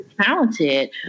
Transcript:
talented